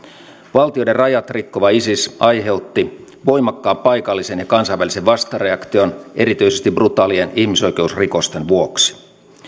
valtioiden rajat rikkova isis aiheutti voimakkaan paikallisen ja kansainvälisen vastareaktion erityisesti brutaalien ihmisoikeusrikosten vuoksi